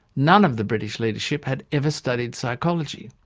none of the british leadership had ever studied psychology.